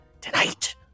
tonight